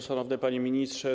Szanowny Panie Ministrze!